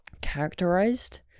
characterized